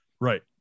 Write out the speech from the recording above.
Right